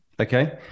Okay